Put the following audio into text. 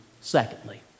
Secondly